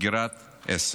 סגירה של עסק.